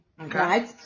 right